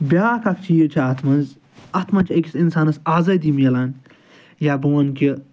بیاکھ اَکھ چیٖز چھِ اَتھ منٛز اَتھ منٛز چھِ أکِس اِنسانَس آزٲدی ملان یا بہٕ وَنہٕ کہ